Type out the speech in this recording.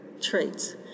traits